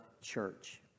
church